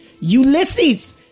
Ulysses